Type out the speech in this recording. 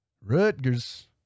Rutgers